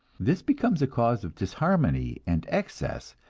this becomes a cause of disharmony and excess,